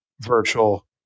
virtual